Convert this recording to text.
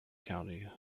county